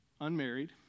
unmarried